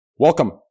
Welcome